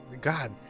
god